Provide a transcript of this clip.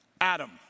Adam